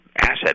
asset